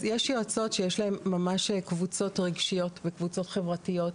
יש יועצות שיש להן ממש קבוצות רגשיות וקבוצות חברתיות,